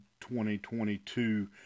2022